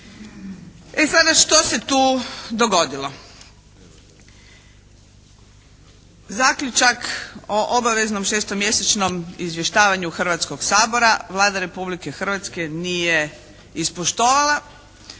E sada što se tu dogodilo? Zaključak o obaveznom šestomjesečnom izvještavanju Hrvatskog sabora Vlada Republike Hrvatske nije ispoštovala.